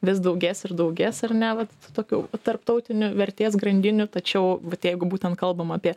vis daugės ir daugės ar ne vat tokių tarptautinių vertės grandinių tačiau bet jeigu būtent kalbam apie